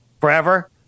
forever